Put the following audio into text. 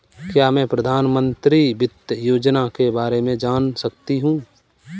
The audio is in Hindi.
क्या मैं प्रधानमंत्री वित्त योजना के बारे में जान सकती हूँ?